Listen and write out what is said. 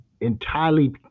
entirely